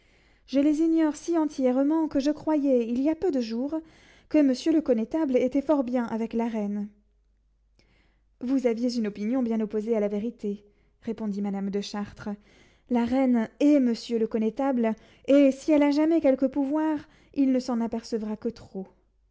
je les ignore si entièrement que je croyais il y a peu de jours que monsieur le connétable était fort bien avec la reine vous aviez une opinion bien opposée à la vérité répondit madame de chartres la reine hait monsieur le connétable et si elle a jamais quelque pouvoir il ne s'en apercevra que trop